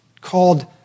called